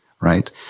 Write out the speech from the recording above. right